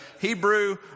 Hebrew